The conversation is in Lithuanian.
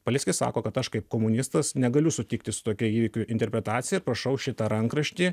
paleckis sako kad aš kaip komunistas negaliu sutikti su tokia įvykių interpretacija ir prašau šitą rankraštį